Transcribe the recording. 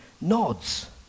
nods